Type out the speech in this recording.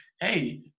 hey